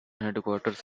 headquarters